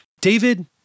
David